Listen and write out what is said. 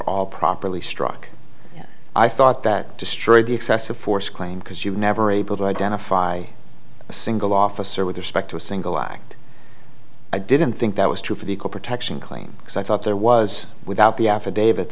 all properly struck yes i thought that destroyed the excessive force claim because you were never able to identify a single officer with respect to a single act i didn't think that was true for the equal protection claim because i thought there was without the affidavit